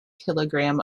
kilogram